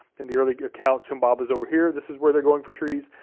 in the early accounts, humbaba is over here, this is where they're going for trees.